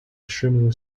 extremely